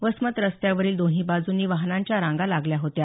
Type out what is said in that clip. वसमत रस्त्यावरील दोन्ही बाजूनी वाहनांच्या रांगा लागल्या होत्या